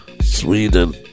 Sweden